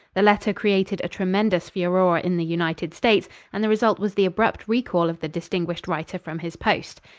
the letter created a tremendous furor in the united states, and the result was the abrupt recall of the distinguished writer from his post.